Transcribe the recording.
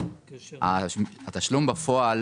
התשלום בפועל